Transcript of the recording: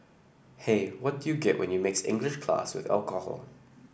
hey what you get when you mix English class with alcohol